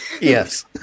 yes